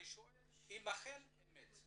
אני שואל אם אכן זה אמת.